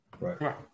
Right